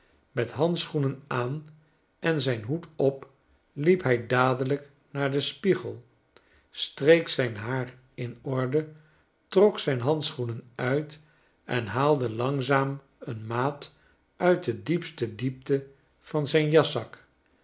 met handschoenen aan en zijn hoed op liep hij dadelijk naar den spiegel streek zijn haar in orde trok zijn handschoenen uit en haalde langzaam een maatuit de diepste diepte van zijn jaszak